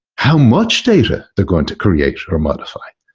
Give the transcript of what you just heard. how much data they're going to create or modify.